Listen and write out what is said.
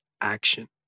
action